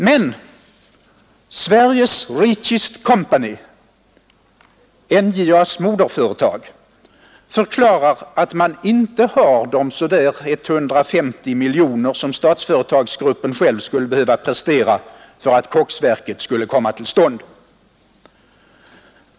Men Sveriges ”richest company”, NJA:s moderföretag, förklarar att man inte har de så där 150 miljoner som Statsföretagsgruppen själv skulle behöva prestera för att koksverket skulle komma till stånd.